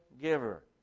giver